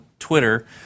twitter